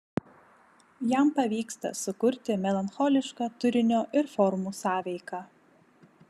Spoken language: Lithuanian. jam pavyksta sukurti melancholišką turinio ir formų sąveiką